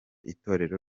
itorero